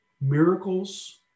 miracles